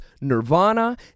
nirvana